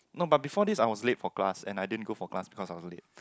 no but before this I was late for class and I din go for class because I was late